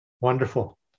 Wonderful